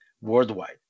worldwide